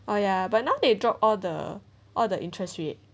oh ya but now they drop all the all the interest rate